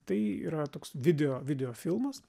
tai yra toks video videofilmas